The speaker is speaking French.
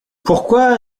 pourquoi